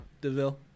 Deville